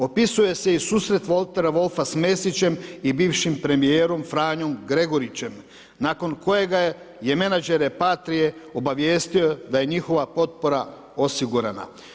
Opisuje se i susret Waltera Wolfa sa Mesićem i bivšim premijerom Franjo Gregurićem nakon kojega je menadžere Patrije obavijestio da je njihova potpora osigurana.